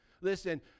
Listen